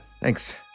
Thanks